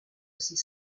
ces